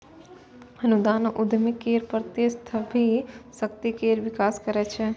अनुदान उद्यमी केर प्रतिस्पर्धी शक्ति केर विकास करै छै